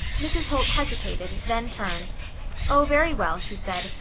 mrs. holt hesitated, then turned oh, very well, she said,